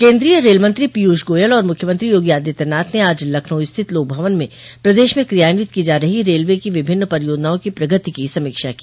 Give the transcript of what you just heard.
केन्द्रीय रेल मंत्री पीयूष गोयल और मुख्यमंत्री योगी आदित्यनाथ ने आज लखनऊ स्थित लोक भवन में प्रदेश में क्रियान्वित की जा रही रेलवे की विभिन्न परियोजनाओं की प्रगति की समीक्षा की